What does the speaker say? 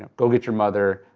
go get your mother,